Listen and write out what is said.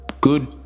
good